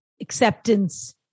acceptance